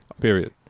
Period